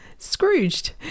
scrooged